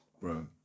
bro